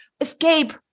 escape